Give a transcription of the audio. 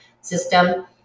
system